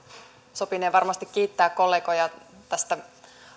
sopii varmasti kiittää kollegoja tästä